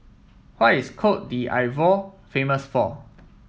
what is Cote d'Ivoire famous for